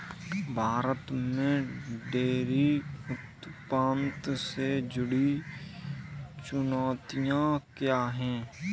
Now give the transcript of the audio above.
भारत में डेयरी उत्पादन से जुड़ी चुनौतियां क्या हैं?